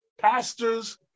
pastors